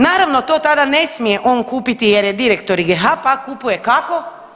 Naravno to tada ne smije on kupiti jer je direktor IGH pa kupuje kako?